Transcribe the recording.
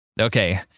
Okay